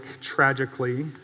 tragically